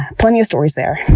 plenty of stories there.